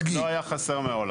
לא היה חסר מעולם.